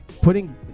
putting